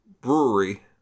Brewery